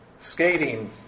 skating